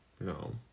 No